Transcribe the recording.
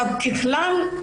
ככלל,